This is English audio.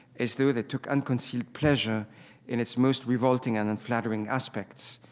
as though they took unconcealed pleasure in its most revolting and unflattering aspects,